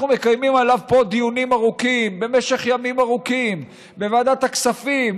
אנחנו מקיימים עליו פה דיונים ארוכים במשך ימים ארוכים בוועדת הכספים,